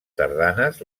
sardanes